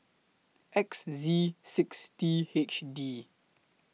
X Z six T H D